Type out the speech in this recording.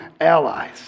allies